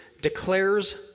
declares